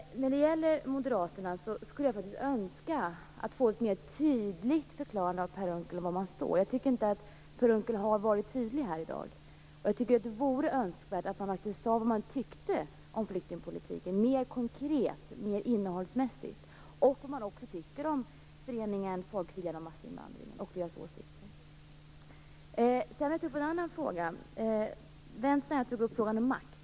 Vad gäller moderaterna skulle jag önska en tydligare förklaring från Per Unckel av var man står. Jag tycker inte att Per Unckel har varit tydlig här i dag. Jag tycker att det vore önskvärt att man faktiskt sade vad man tycker om flyktingpolitiken, att man var mer konkret innehållsmässigt och att man också sade vad man tycker om Folkviljan och massinvandringen och dess åsikter. Jag vill också ta upp en annan fråga. Vänstern tog upp frågan om makt.